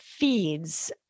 feeds